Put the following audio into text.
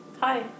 hi